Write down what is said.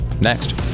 Next